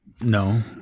No